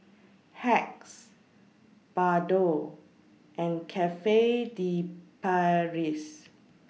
Hacks Bardot and Cafe De Paris